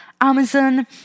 Amazon